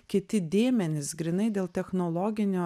kiti dėmenys grynai dėl technologinio